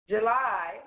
July